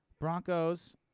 Broncos